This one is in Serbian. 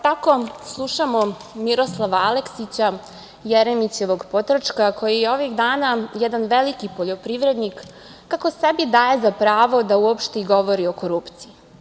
Tako slušamo Miroslava Aleksića, Jeremićevog potrčka, koji je ovih dana jedan veliki poljoprivrednik, kako sebi daje za pravo da uopšte govori o korupciji.